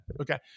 Okay